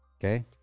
Okay